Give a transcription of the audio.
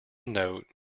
note